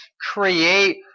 create